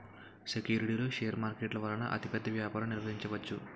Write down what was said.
సెక్యూరిటీలు షేర్ మార్కెట్ల వలన అతిపెద్ద వ్యాపారం నిర్వహించవచ్చు